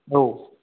औ